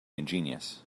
ingenious